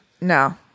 No